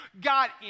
God